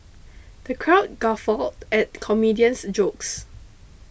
the crowd guffawed at the comedian's jokes